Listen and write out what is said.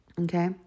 okay